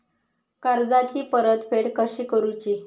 कर्जाची परतफेड कशी करूची?